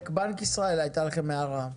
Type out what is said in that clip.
בנק ישראל, הייתה לכם הערה.